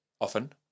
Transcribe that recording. often